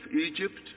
Egypt